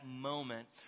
moment